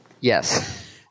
Yes